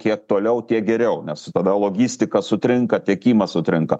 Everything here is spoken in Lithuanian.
kiek toliau tiek geriau nes tada logistika sutrinka tiekimas sutrinka